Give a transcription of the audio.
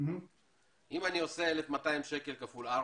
אם אני מכפיל 1,200 שקל ב-4,